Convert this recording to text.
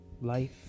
life